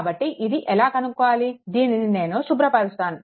కాబట్టి ఇది ఎలా కనుక్కోవాలి దీనిని నేను శుభ్రపరుస్తాను